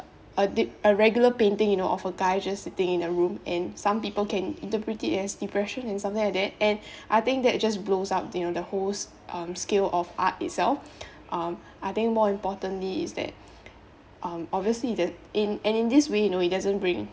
a dep~ a regular painting you know of a guy just sitting in the room and some people can interpret it as depression and something like that and I think that just blows up you know the whole um scale of art itself um I think more importantly is that um obviously that in and in this way you know it doesn't bring